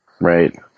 Right